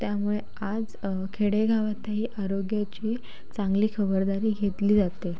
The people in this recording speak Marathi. त्यामुळे आज खेडेगावातही आरोग्याची चांगली खबरदारी घेतली जाते